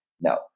no